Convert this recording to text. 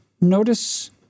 notice